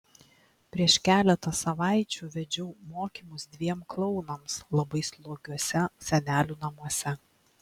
prieš keletą savaičių vedžiau mokymus dviem klounams labai slogiuose senelių namuose